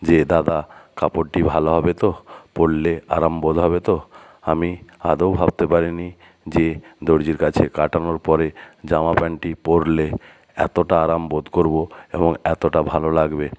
যে দাদা কাপড়টি ভালো হবে তো পরলে আরাম বোধ হবে তো আমি আদৌ ভাবতে পারি নি যে দর্জির কাছে কাটানোর পরে জামা প্যান্টটি পরলে এতোটা আরাম বোধ করবো এবং এতোটা ভালো লাগবে